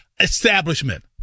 establishment